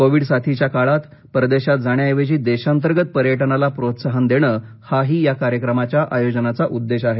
Covid साथीच्या काळात परदेशात जाण्याऐवजी देशांतर्गत पर्यटनाला प्रोत्साहन देणं हाही या कार्यक्रमाच्या आयोजनाचा उद्देश आहे